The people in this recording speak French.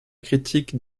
critique